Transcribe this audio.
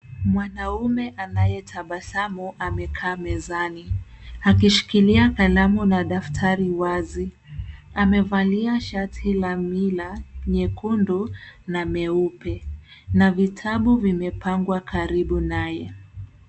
Mwanaume anayetabasamu amekaa mezani akishikilia kalamu na daftari wazi. Amevalia shati la wila nyekundu na meupe na vitabu vimepagwa karibu naye.